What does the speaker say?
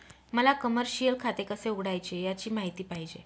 मला कमर्शिअल खाते कसे उघडायचे याची माहिती पाहिजे